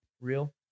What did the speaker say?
real